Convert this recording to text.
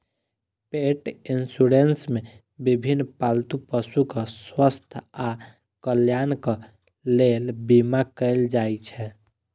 पेट इंश्योरेंस मे विभिन्न पालतू पशुक स्वास्थ्य आ कल्याणक लेल बीमा कैल जाइ छै